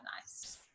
nice